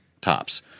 tops